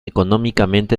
económicamente